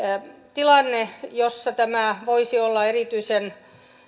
tilanne jossa tämä voisi olla erityisen